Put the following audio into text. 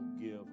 give